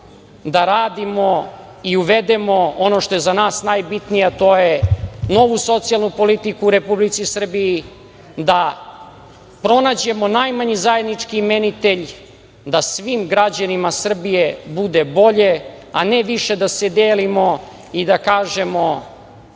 da radimo i uvedemo ono što je za nas najbitnije, a to je novu socijalnu politiku u Republici Srbiji, da pronađemo najmanji zajednički imenitelj, da svim građanima Srbije bude bolje, a ne više da se delimo i da kažemo